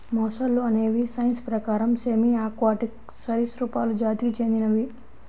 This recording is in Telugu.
మొసళ్ళు అనేవి సైన్స్ ప్రకారం సెమీ ఆక్వాటిక్ సరీసృపాలు జాతికి చెందినవి